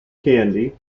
candy